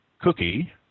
cookie